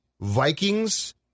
Vikings